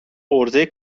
عرضهی